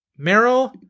Meryl